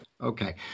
Okay